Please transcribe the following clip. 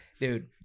dude